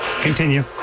Continue